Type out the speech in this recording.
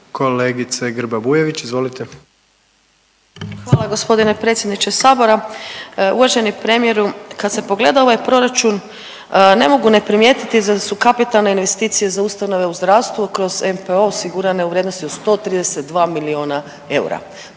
izvolite. **Grba-Bujević, Maja (HDZ)** Hvala g. predsjedniče Sabora. Uvaženi premijeru. Kad se pogleda ovaj proračun ne mogu ne primijetiti da su kapitalne investicije za ustanove u zdravstvu kroz NPO osigurane u vrijednosti od 132 milijuna eura.